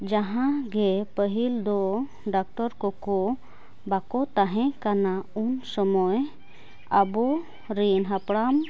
ᱡᱟᱦᱟᱸᱜᱮ ᱯᱟᱹᱦᱤᱞᱫᱚ ᱰᱟᱠᱛᱚᱨᱠᱚᱠᱚ ᱵᱟᱠᱚ ᱛᱟᱦᱮᱸᱠᱟᱱᱟ ᱩᱱ ᱥᱚᱢᱚᱭ ᱟᱵᱚᱨᱮᱱ ᱦᱟᱯᱲᱟᱢ